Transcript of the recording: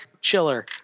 chiller